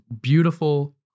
Beautiful